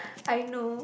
I know